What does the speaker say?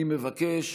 אני מבקש,